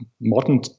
modern